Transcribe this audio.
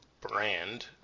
Brand